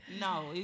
No